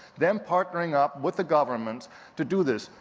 then, partnering-up with the government to do this.